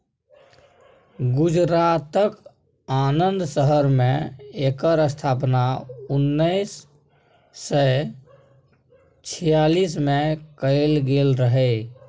गुजरातक आणंद शहर मे एकर स्थापना उन्नैस सय छियालीस मे कएल गेल रहय